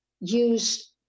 use